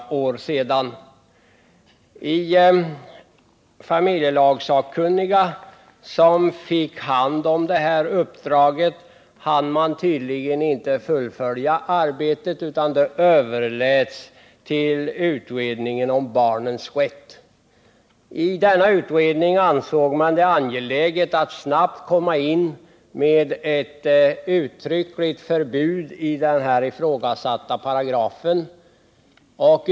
Familjelagssakkunniga, som fick hand om uppdraget, hann tydligen inte fullfölja arbetet utan det överläts till utredningen om barnens rätt. Denna utredning ansåg det angeläget att snabbt komma in med ett uttryckligt förbud i den här ifrågasatta paragrafen.